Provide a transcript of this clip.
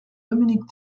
dominique